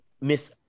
Miss